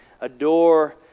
adore